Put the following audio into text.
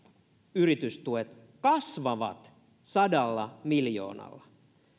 yritystuet kasvavat sadalla miljoonalla